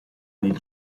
nel